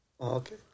Okay